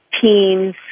teams